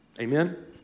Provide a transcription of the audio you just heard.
Amen